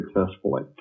successfully